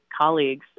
colleagues